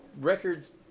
records